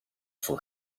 for